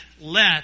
let